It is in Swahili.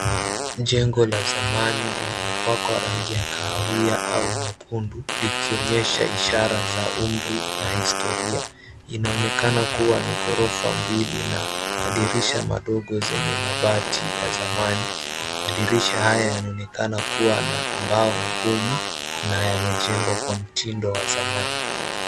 Jengo la zamani lililopakwa rangi ya kahawia au nyekundu likionyeshwa ishara za umri na historia, inaonekana kuwa ni ghorofa mbili na madirisha madogo zenye mabati ya zamani. Madirisha haya yanaonekana kuwa na mbao ngumu na yamejengwa kwa mtindo wa zamani.